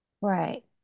right